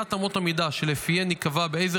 קביעת אמות המידה שלפיהן ייקבע באיזו